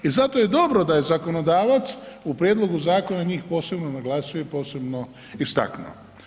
I zato je dobro da je zakonodavac u prijedlogu zakona njih posebno naglasio i posebno istaknuo.